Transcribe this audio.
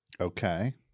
Okay